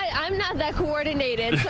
ah i'm not that coordinated.